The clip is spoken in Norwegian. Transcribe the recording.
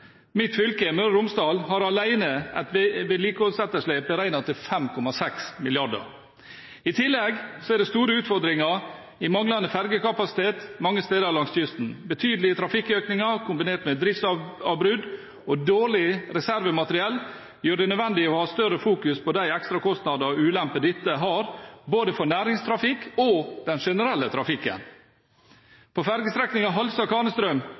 Mitt fylke, Møre og Romsdal, har alene et vedlikeholdsetterslep beregnet til 5,6 mrd. kr. I tillegg ligger det store utfordringer i manglende fergekapasitet mange steder langs kysten. Betydelig trafikkøkning kombinert med driftsavbrudd og dårlig reservemateriell gjør det nødvendig å ha større fokus på de ekstrakostnader og ulemper dette har både for næringstrafikken og den generelle trafikken.